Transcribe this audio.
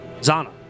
zana